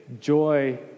joy